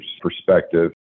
perspective